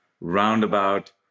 roundabout